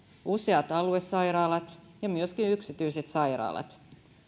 useat aluesairaalat ja myöskin yksityiset sairaalat